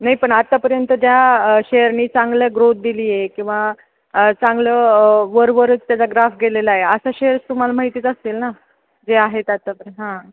नाही पण आत्तापर्यंत ज्या शेअरनी चांगलं ग्रोथ दिली आहे किंवा चांगलं वरवरच त्याचा ग्राफ गेलेला आहे असं शेअर्स तुम्हाला माहितीच असतील ना जे आहेत आत्तापर्यंत हां